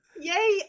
Yay